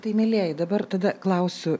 tai mielieji dabar tada klausiu